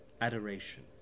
Adoration